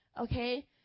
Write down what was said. Okay